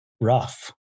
rough